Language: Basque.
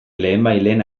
lehenbailehen